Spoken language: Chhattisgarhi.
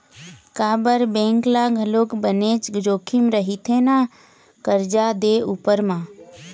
काबर बेंक ल घलोक बनेच जोखिम रहिथे ना करजा दे उपर म